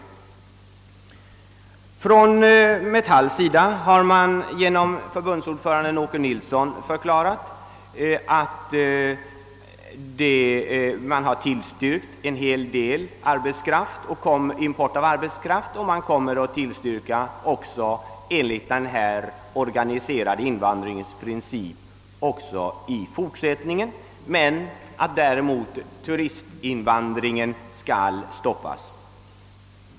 Metallindustriarbetareförbundet har genom sin förbundsordförande Åke Nilsson tillstyrkt import av en hel del arbetskraft och kommer även i fortsättningen att tillstyrka import enligt den organiserade invandringens princip. Däremot skall den s.k. turistinvandringen stoppas.